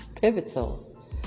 pivotal